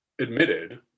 admitted